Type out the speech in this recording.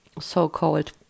so-called